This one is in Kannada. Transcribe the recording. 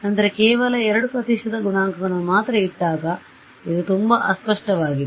ನಂತರ ಕೇವಲ 2 ಪ್ರತಿಶತ ಗುಣಾಂಕಗಳನ್ನು ಮಾತ್ರ ಇಟ್ಟಾಗ ಇದು ತುಂಬಾ ಅಸ್ಪಷ್ಟವಾಗಿದೆ